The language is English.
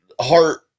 heart